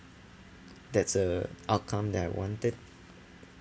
that's a outcome that I wanted